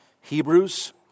Hebrews